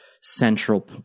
central